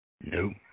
No